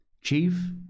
Chief